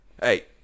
Hey